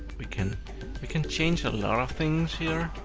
we can we can change a lot of things here.